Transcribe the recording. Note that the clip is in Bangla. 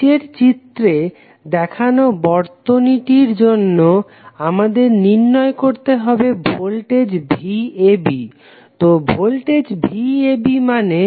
নিচের চিত্রে দেখানো বর্তনীটির জন্য আমাদের নির্ণয় করতে হবে ভোল্টেজ VAB তো ভোল্টেজ VAB মানে VA VB